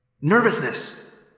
Nervousness